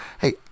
Hey